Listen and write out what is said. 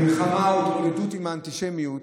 המלחמה או ההתמודדות עם האנטישמיות